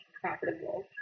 profitable